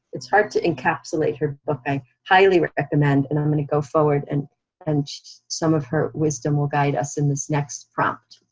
it's hard to encapsulate her book. i highly would recommend, and i'm gonna go forward, and and some of her wisdom will guide us in this next prompt.